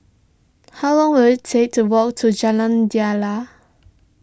how long will it take to walk to Jalan Daliah